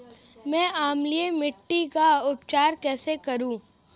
मैं अम्लीय मिट्टी का उपचार कैसे करूं?